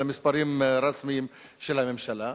אלה מספרים רשמיים של הממשלה,